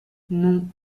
non